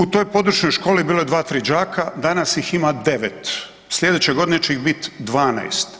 U toj područnoj školi bilo je 2-3 đaka, danas ih ima 9. Slijedeće godine će ih biti 12.